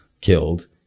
killed